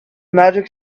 magic